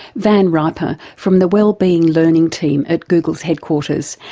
van riper from the wellbeing learning team at google's headquarters,